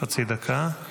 חצי דקה, בסדר?